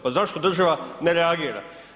Pa zašto država ne reagira?